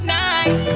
night